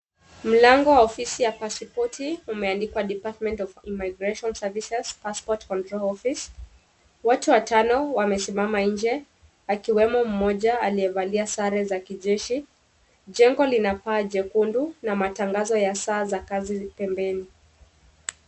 Mlango wa ofisi ya pasipoti umeandikwa Department Of Immigration Services Passport Control Ofice . Watu watano wamesimama nje akiwemo mmoja aliyevalia sare za kijeshi. Jengo lina paa jekundu na matangazo ya saa za kazi pembeni.